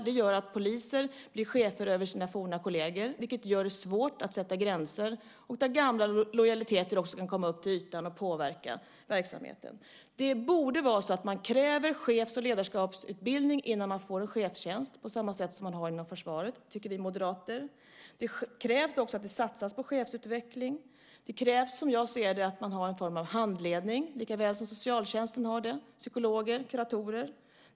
Det gör att poliser blir chefer över sina forna kolleger, vilket gör det svårt att sätta gränser och gamla lojaliteter kan komma upp till ytan och påverka verksamheten. Det borde vara så att man kräver chefs och ledarskapsutbildning innan man får en chefstjänst, på samma sätt som inom försvaret, tycker vi moderater. Det krävs också att det satsas på chefsutveckling. Det krävs, som jag ser det, att man har en form av handledning, lika väl som socialtjänsten, psykologer och kuratorer har det.